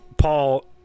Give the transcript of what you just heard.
Paul